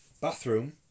Bathroom